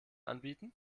anbieten